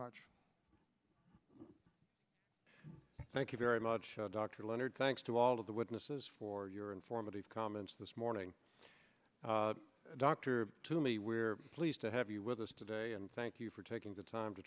much thank you very much dr leonard thanks to all of the witnesses for your informative comments this morning dr to me we're pleased to have you with us today and thank you for taking the time to